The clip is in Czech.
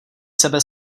sebe